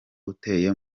uteye